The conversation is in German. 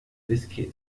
whisky